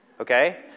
Okay